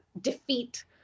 defeat